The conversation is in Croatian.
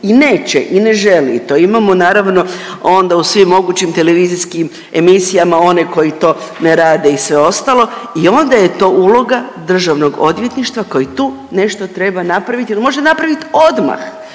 i neće i ne želi i to imamo naravno onda u svim mogućim televizijskim emisijama one koji to ne rade i sve ostalo i onda je to uloga Državnog odvjetništva koji tu nešto treba napravit jel može napravit odmah,